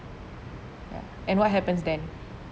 ya and what happens then